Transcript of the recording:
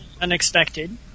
Unexpected